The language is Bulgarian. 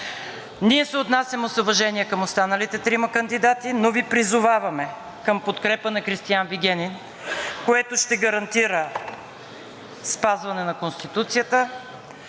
Ние се отнасяме с уважение към останалите трима кандидати, но Ви призоваваме към подкрепа на Кристиан Вигенин, което ще гарантира спазване на Конституцията,